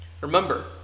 Remember